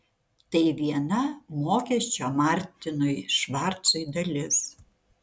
tai viena mokesčio martinui švarcui dalis